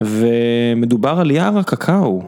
ומדובר על יער הקקאו.